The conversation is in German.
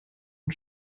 und